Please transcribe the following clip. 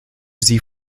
sie